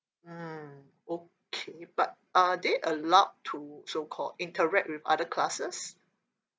mm okay but are they allowed to so called interact with other classes